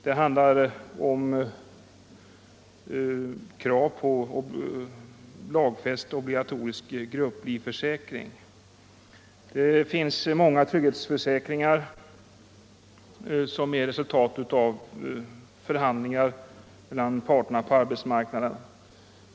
Motionen gäller krav på lagfäst obligatorisk grupplivförsäkring. Det finns många trygghetsförsäkringar som är resultatet av förhandlingar mellan parterna på arbetsmarknaden.